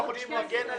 אני